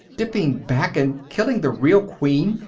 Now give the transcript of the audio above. dipping back and killing the real queen.